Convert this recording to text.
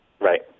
Right